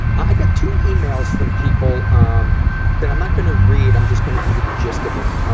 i got two emails from people um that i'm not gonna read, i'm just gonna give you the gist of them.